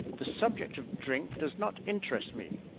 the subject of drink does not interest me.